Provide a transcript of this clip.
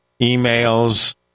emails